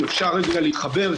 אפשר רגע להתחבר,